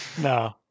No